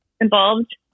involved